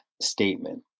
statement